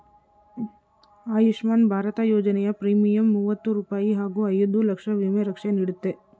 ಆಯುಷ್ಮಾನ್ ಭಾರತ ಯೋಜನೆಯ ಪ್ರೀಮಿಯಂ ಮೂವತ್ತು ರೂಪಾಯಿ ಹಾಗೂ ಐದು ಲಕ್ಷ ವಿಮಾ ರಕ್ಷೆ ನೀಡುತ್ತೆ